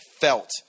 felt